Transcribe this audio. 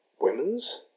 women's